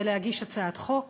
ולהגיש הצעת חוק